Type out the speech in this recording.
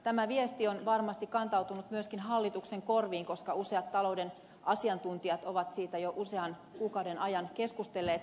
tämä viesti on varmasti kantautunut myöskin hallituksen korviin koska useat talouden asiantuntijat ovat siitä jo usean kuukauden ajan keskustelleet